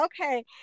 okay